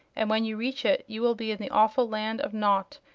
and when you reach it you will be in the awful land of naught,